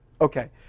Okay